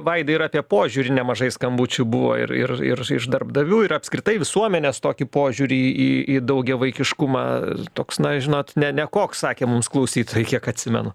vaidai ir apie požiūrį nemažai skambučių buvo ir ir ir iš darbdavių ir apskritai visuomenės tokį požiūrį į į daugiavaikiškumą toks na žinot ne nekoks sakė mums klausytojai kiek atsimenu